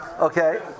Okay